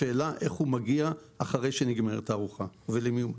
השאלה איך הוא מגיע אחרי שנגמרת הארוחה ולמי הוא מגיע.